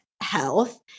health